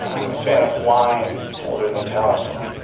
i'm a fan of wine older than taliesin.